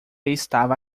estava